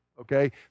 Okay